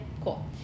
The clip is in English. Cool